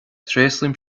tréaslaím